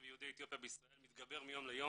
יהודי אתיופיה בישראל מתגבר מיום ליום